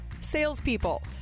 salespeople